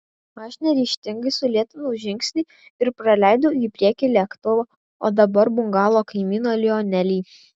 aš neryžtingai sulėtinau žingsnį ir praleidau į priekį lėktuvo o dabar bungalo kaimyną lionelį